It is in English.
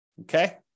Okay